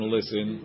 listen